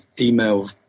email